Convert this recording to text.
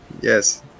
Yes